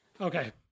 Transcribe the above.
Okay